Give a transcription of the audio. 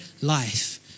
life